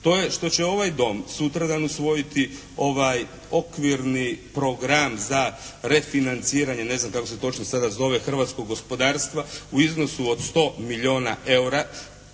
To je što će ovaj Dom sutradan usvojiti ovaj okvirni program za refinanciranje, ne znam kako se točno sada zove hrvatskog gospodarstva u iznosu od 100 milijuna eura